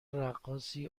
رقاصی